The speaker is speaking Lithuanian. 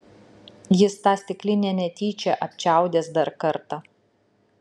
jis tą stiklinę netyčia apčiaudės dar kartą